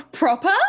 proper